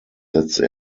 setzte